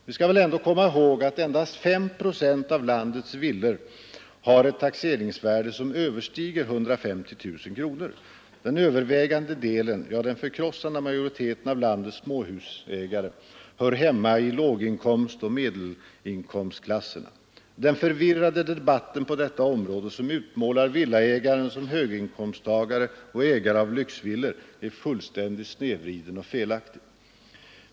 Vi skall väl ändock komma ihåg, att endast 5 procent av landets villor har ett taxeringsvärde som överstiger 150 000 kronor. Den övervägande delen ja, den förkrossande majoriteten av landets småhusägare hör hemma i låginkomstoch medelinkomstklasserna. Den förvirrade debatt på detta område, som utmålar villaägaren som höginkomsttagare och ägare av lyxvillor, är fullständigt snedvriden och felaktig.